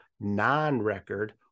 non-record